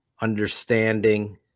understanding